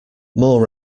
more